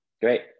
Great